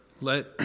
Let